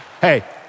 Hey